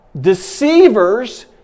deceivers